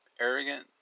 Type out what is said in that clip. arrogant